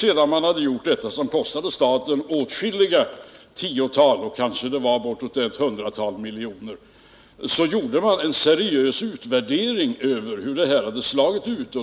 Sedan man genomfört detta som kostade staten åtskilliga tiotal — kanske det var något hundratal — miljoner, gjordes med hjälp av statistiska centralbyrån en seriös utvärdering av hur detta slagit ut.